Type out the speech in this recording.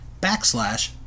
backslash